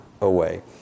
away